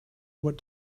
what